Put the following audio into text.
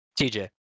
TJ